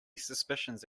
suspicions